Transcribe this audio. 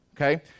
okay